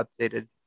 updated